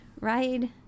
ride